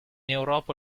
europa